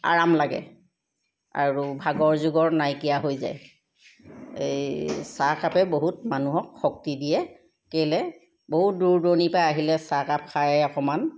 আৰাম লাগে আৰু ভাগৰ জুগৰ নাইকিয়া হয় এই চাহকাপে বহুত মানুহক শক্তি দিয়ে কেলে বহুত দূৰ দূৰণিৰ পৰা আহিলে চাহকাপ খাই অকণমান